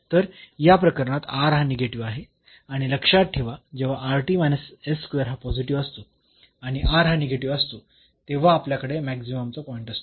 तर या प्रकरणात हा निगेटिव्ह आहे आणि लक्षात ठेवा जेव्हा हा पॉझिटिव्ह असतो आणि हा निगेटिव्ह असतो तेव्हा आपल्याकडे मॅक्सिममचा पॉईंट असतो